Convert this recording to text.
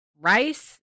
rice